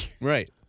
Right